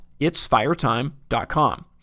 itsfiretime.com